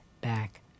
back